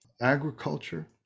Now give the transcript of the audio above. agriculture